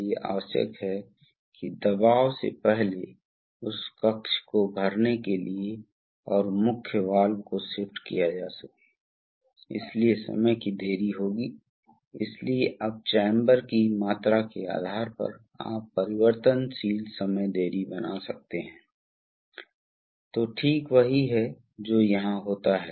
तो यहां सर्किट है पहले वेंट मोड के लिए इसलिए वेंट मोड में इस सर्किट में क्या हो रहा है इसलिए हमारे पास क्या घटक हैं हमारे पास टैंक Tank और रिजर्वायर हैं हमारे पास पंप है हमारे पास है मोटर हमारे पास एक राहत वाल्व है और यह वह जगह है जहां यह सिस्टम में जाता है